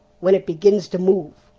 when it begins to move?